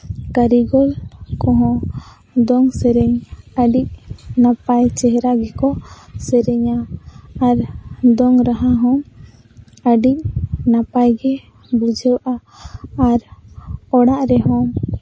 ᱠᱟᱹᱨᱤᱜᱚᱞ ᱠᱚᱦᱚᱸ ᱫᱚᱝ ᱥᱮᱨᱮᱧ ᱱᱟᱯᱟᱭ ᱪᱮᱦᱨᱟ ᱜᱮᱠᱚ ᱥᱮᱨᱮᱧᱟ ᱟᱨ ᱫᱚᱝ ᱨᱟᱦᱟ ᱦᱚᱸ ᱟᱹᱰᱤ ᱱᱟᱯᱟᱭ ᱜᱮ ᱵᱩᱡᱷᱟᱹᱜᱼᱟ ᱟᱨ ᱚᱲᱟᱜ ᱨᱮᱦᱚᱸ